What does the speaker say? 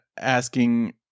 asking